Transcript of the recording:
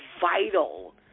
vital